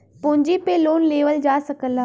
पूँजी पे लोन लेवल जा सकला